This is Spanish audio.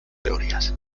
teorías